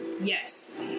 Yes